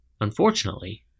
Unfortunately